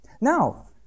Now